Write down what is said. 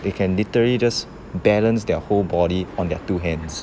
they can literally just balance their whole body on their two hands